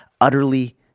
utterly